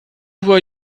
were